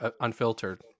unfiltered